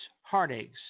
heartaches